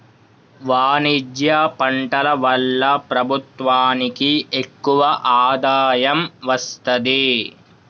వాణిజ్య పంటల వల్ల ప్రభుత్వానికి ఎక్కువ ఆదాయం వస్తది